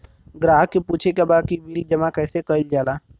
ग्राहक के पूछे के बा की बिल जमा कैसे कईल जाला?